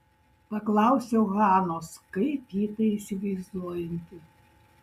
paklausiau hanos kaip ji tai įsivaizduojanti